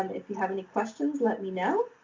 and if you have any questions, let me know,